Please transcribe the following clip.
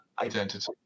Identity